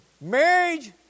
marriage